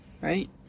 Right